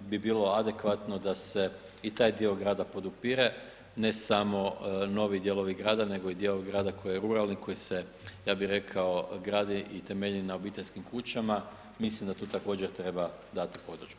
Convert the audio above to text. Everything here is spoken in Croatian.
bi bilo adekvatno da se i taj dio grada podupire, ne samo novi dijelovi grada, nego i dio grada koji je ruralni, koji se, ja bih rekao grade i temelje na obiteljskim kućama, mislim da tu također, treba dati podršku.